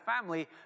family